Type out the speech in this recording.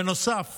בנוסף